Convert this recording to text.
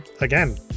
again